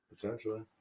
Potentially